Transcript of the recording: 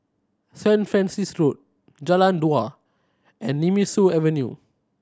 Saint Francis Road Jalan Dua and Nemesu Avenue